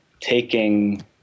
taking